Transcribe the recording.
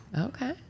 Okay